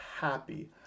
happy